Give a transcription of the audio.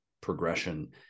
progression